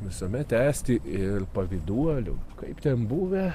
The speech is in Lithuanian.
visuomet esti ir pavyduolių kaip ten buvę